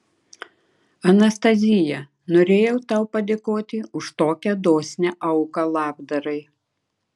anastazija norėjau tau padėkoti už tokią dosnią auką labdarai